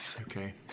okay